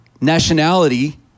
nationality